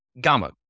Gamma